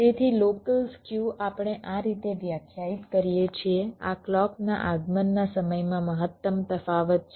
તેથી local skew આપણે આ રીતે વ્યાખ્યાયિત કરીએ છીએ આ ક્લૉકના આગમનના સમયમાં મહત્તમ તફાવત છે